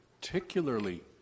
particularly